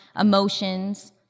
emotions